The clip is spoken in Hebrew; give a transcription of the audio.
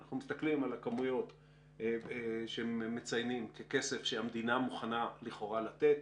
אנחנו מסתכלים על הכמויות שמציינים ככסף שהמדינה מוכנה לכאורה לתת,